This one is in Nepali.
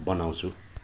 बनाउँछु